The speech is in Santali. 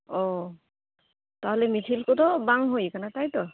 ᱚᱻ ᱛᱟᱞᱦᱮ ᱢᱤᱪᱷᱤᱞ ᱠᱚᱫᱚ ᱵᱟᱝ ᱦᱩᱭ ᱟᱠᱟᱱᱟ ᱛᱟᱭ ᱛᱚ